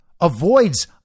avoids